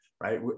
right